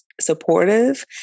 supportive